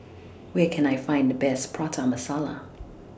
Where Can I Find The Best Prata Masala